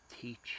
teach